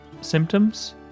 Symptoms